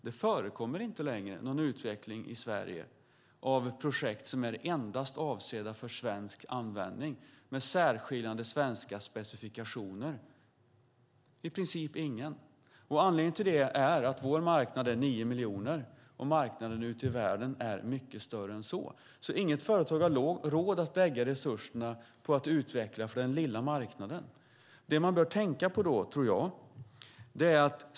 Det förekommer inte längre någon utveckling i Sverige av projekt som är avsedda endast för svensk användning och med särskiljande svenska specifikationer. Det finns i princip ingen sådan. Anledningen till det är att vår marknad är nio miljoner medan marknaden ute i världen är mycket större. Inget företag har råd att lägga resurserna på att utveckla för den lilla marknaden.